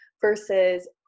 versus